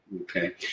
Okay